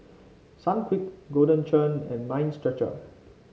Sunquick Golden Churn and Mind Stretcher